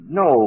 no